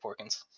Porkins